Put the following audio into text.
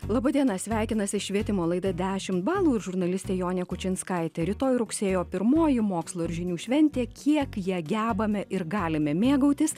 laba diena sveikinasi švietimo laida dešimt balų ir žurnalistė jonė kučinskaitė rytoj rugsėjo pirmoji mokslo ir žinių šventė kiek ją gebame ir galime mėgautis